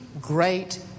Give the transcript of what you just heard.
great